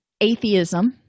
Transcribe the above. atheism